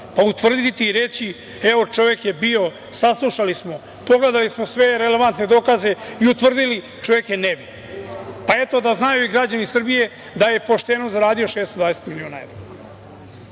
pa utvrditi i reći - evo, čovek je bio, saslušali smo, pogledali smo sve relevantne dokaze i utvrdili da je čovek nevin. Pa, eto, da znaju i građani Srbije da je pošteno zaradio 620 miliona evra. Puna